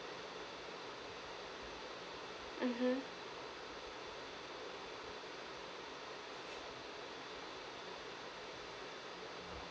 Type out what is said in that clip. mmhmm